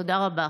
תודה רבה.